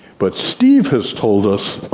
but steve has told us,